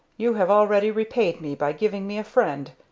you have already repaid me by giving me a friend,